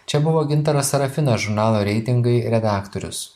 čia buvo gintaras sarafinas žurnalo reitingai redaktorius